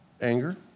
anger